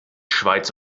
schweiz